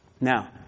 Now